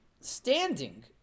standing